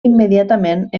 immediatament